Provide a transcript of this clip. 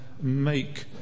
make